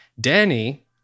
Danny